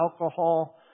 alcohol